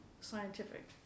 scientific